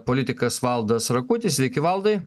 politikas valdas rakutis sveiki valdai